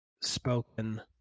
spoken